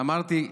ואמרתי: